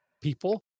people